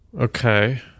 Okay